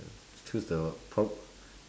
choose the pro~